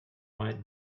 might